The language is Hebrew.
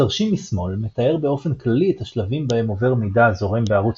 התרשים משמאל מתאר באופן כללי את השלבים בהם עובר מידע הזורם בערוץ